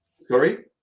Sorry